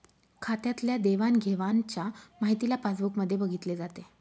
खात्यातल्या देवाणघेवाणच्या माहितीला पासबुक मध्ये बघितले जाते